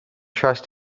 trust